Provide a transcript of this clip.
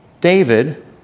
David